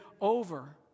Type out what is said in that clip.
over